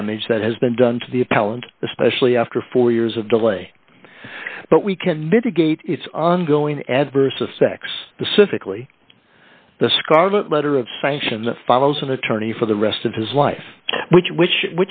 damage that has been done to the appellant especially after four years of delay but we can mitigate its ongoing adverse effects the civically the scarlet letter of sanctions that follows an attorney for the rest of his life which which